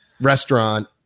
restaurant